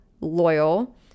loyal